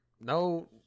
No